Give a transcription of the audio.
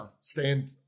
stand